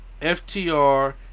FTR